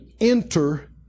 Enter